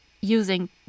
using